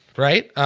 right